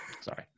Sorry